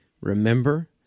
remember